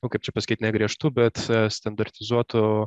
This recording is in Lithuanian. nu kaip čia pasakyt ne griežtų bet standartizuotų